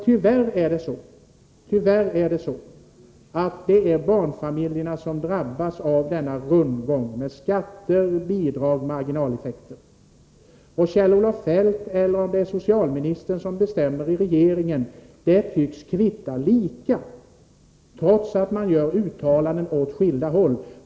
Tyvärr är det barnfamiljerna som drabbas av denna rundgång med skatter, bidrag och marginaleffekter. Om det är Kjell-Olof Feldt eller socialministern som bestämmer i regeringen tycks kvitta lika. Uttalanden görs åt skilda håll.